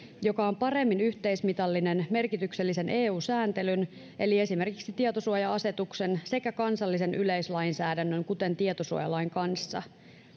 joka on paremmin yhteismitallinen merkityksellisen eu sääntelyn eli esimerkiksi tietosuoja asetuksen sekä kansallisen yleislainsäädännön kuten tietosuojalain kanssa